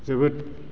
जोबोद